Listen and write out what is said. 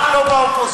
מה נשאר לו באופוזיציה?